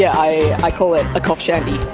yeah i call it a cough shandy.